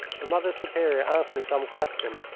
the mother superior asked me some question,